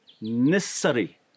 necessary